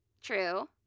True